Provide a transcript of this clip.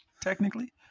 technically